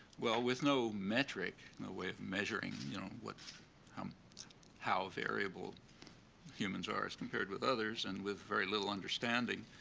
well, with no metric, no way of measuring you know what how how variable humans are as compared with others and with very little understanding,